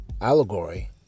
allegory